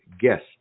guest